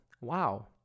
Wow